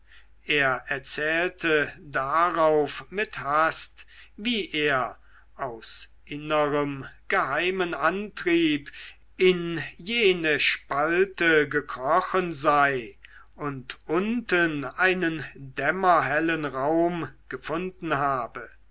er erzählte darauf mit hast wie er aus innerem geheimem antrieb in jene spalte gekrochen sei und unten einen dämmerhellen raum gefunden habe